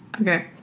Okay